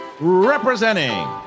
representing